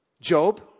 Job